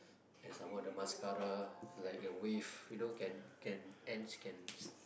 and some more the mascara like a wave you know can can ends can